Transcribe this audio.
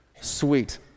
sweet